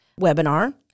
webinar